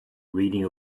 reading